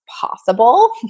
possible